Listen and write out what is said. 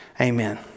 Amen